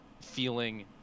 feeling